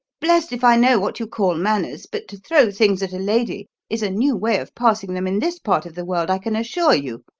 blest if i know what you call manners, but to throw things at a lady is a new way of passing them in this part of the world, i can assure you.